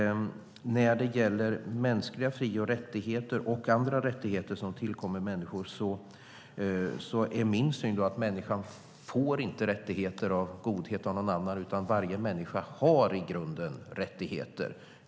När det gäller mänskliga fri och rättigheter och andra rättigheter som tillkommer människor är min syn att människan inte får rättigheter av någon annans godhet, utan varje människa har i grunden rättigheter.